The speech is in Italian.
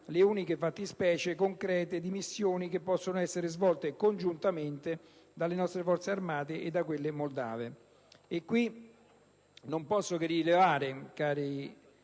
le uniche fattispecie concrete di missioni che possono essere svolte congiuntamente dalle nostre Forze armate e da quelle moldave. A tale proposito, non posso che rilevare ancora